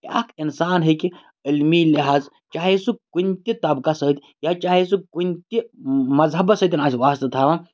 اکھ اِنسان ہیٚکہِ علمی لِحاظ چاہے سُہ کُنہِ تہِ طبقَس سۭتۍ یا چاہے سُہ کُنہِ تہِ مذہَبَس سۭتۍ آسہِ واسطہٕ تھاوان